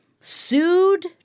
sued